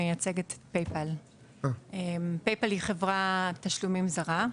מייצגת את Pay Pal. Pay Pal היא חברת תשלומים זרה,